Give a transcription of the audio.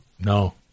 No